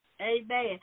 Amen